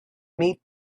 meet